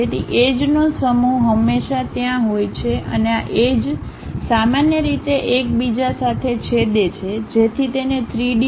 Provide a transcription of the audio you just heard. તેથી એજ નો સમૂહ હંમેશા ત્યાં હોય છે અને આ એજ સામાન્ય રીતે એકબીજા સાથે છેદે છે જેથી તેને 3D